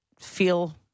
feel